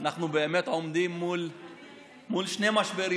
אנחנו באמת עומדים מול שני משברים,